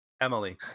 Emily